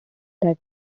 that